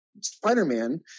spider-man